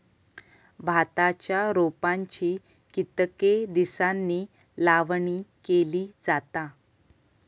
भाताच्या रोपांची कितके दिसांनी लावणी केली जाता?